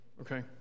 Okay